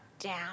down